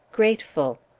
grateful.